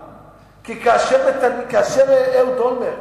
כי כאשר אהוד אולמרט